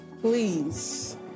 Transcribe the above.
Please